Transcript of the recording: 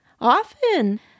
often